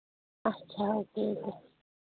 اَچھا okay okay